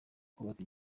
kubaka